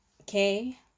okay